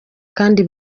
kandi